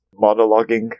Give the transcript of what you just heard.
monologuing